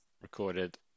recorded